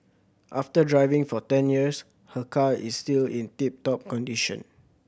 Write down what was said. after driving for ten years her car is still in tip top condition